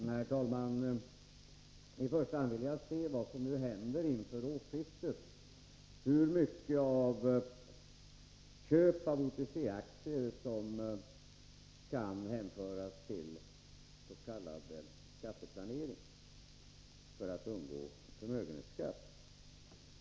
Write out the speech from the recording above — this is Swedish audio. Herr talman! I första hand vill jag se vad som händer inför årsskiftet och hur stor del av köp av OTC-aktier som kan hänföras tills.k. skatteplanering i syfte att undgå förmögenhetsskatt.